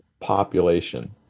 population